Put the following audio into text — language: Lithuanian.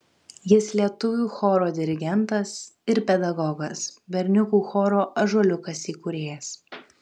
jis lietuvių choro dirigentas ir pedagogas berniukų choro ąžuoliukas įkūrėjas